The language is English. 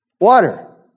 water